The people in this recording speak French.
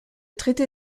traité